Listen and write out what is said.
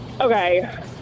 Okay